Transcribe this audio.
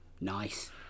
Nice